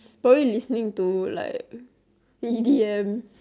probably listening to like e_d_m